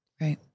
Right